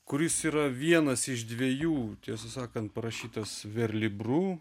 kuris yra vienas iš dviejų tiesą sakant parašytas verlibru